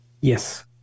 Yes